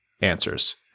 answers